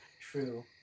True